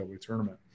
tournament